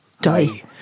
die